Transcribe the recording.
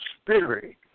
spirit